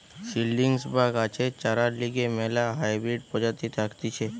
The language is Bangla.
সিডিলিংস বা গাছের চরার লিগে ম্যালা হাইব্রিড প্রজাতি থাকতিছে